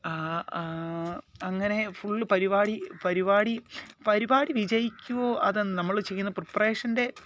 അങ്ങനെ ഫുള്ള് പരിപാടി പരിപാടി പരിപാടി വിജയിക്കോ അത് നമ്മള് ചെയ്യുന്ന പ്രീപ്പറേഷൻ്റെ